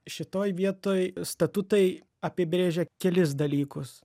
šitoj vietoj statutai apibrėžia kelis dalykus